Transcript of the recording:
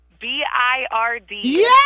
B-I-R-D